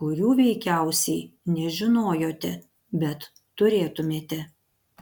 kurių veikiausiai nežinojote bet turėtumėte